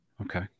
Okay